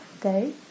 day